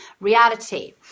reality